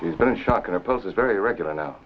she's been in shock and opposes very regular now